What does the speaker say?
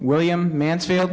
william mansfield